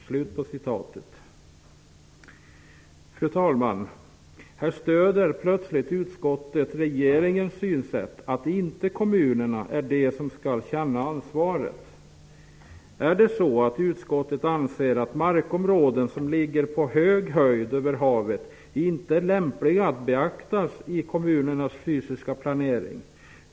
Fru talman! Här stöder plötsligt utskottet regeringens synsätt att kommunerna inte är de som skall känna ansvaret. Är det så att utskottet anser att markområden som ligger på hög höjd över havet inte är lämpliga att beakta i kommunens fysiska planering?